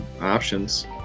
options